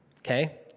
okay